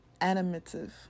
animative